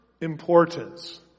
importance